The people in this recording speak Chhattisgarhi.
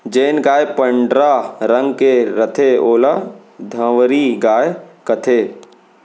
जेन गाय पंडरा रंग के रथे ओला धंवरी गाय कथें